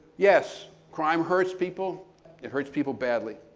yes, crime hurts people it hurts people badly,